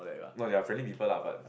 no they are friendly people lah but